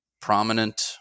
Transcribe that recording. prominent